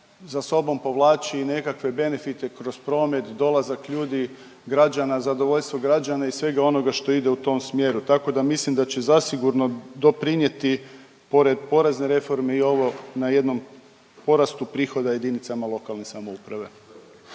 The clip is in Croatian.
za sobom povlači i nekakve benefite kroz promet, dolazak ljudi, građana, zadovoljstvo građana i svega onoga što ide u tom smjeru. Tako da mislim da će zasigurno doprinijeti pored porezne reforme i ovo na jednom porastu prihoda jedinicama lokalne samouprave.